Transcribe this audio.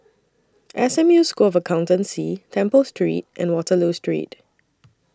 S M U School of Accountancy Temple Street and Waterloo Street